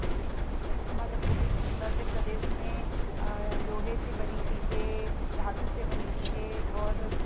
मध्यप्रदेश मध्यप्रदेश में लोहे से बनी चीज़ें धातु से बनी चीज़ें और